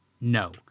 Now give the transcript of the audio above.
no